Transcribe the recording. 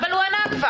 אבל הוא ענה כבר.